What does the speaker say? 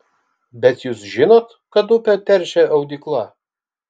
bet jūs žinot kad upę teršia audykla